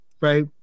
right